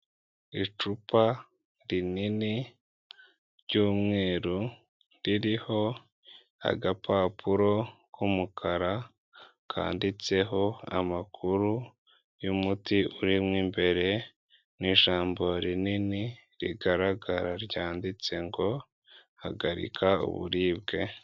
Icupa rinini ry'umweru, ririho agapapuro k'umukara kandiditseho amakuru y'umuti urimo imbere, n'ijambo rinini rigaragara ryanditse ngo hagarika uburibwe.